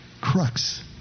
crux